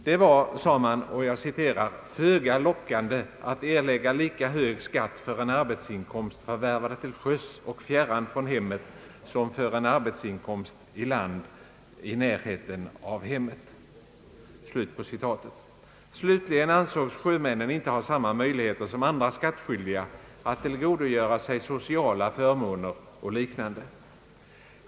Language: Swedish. Det var, sade man, »föga lockande att erlägga lika hög skatt för en arbetsinkomst förvärvad till sjöss och fjärran från hemmet som för en arbetsinkomst i land i närheten av hemmet». Slutligen ansågs sjömännen inte ha samma möjligheter som andra skattskyldiga att tillgodogöra sig sociala och liknande förmåner.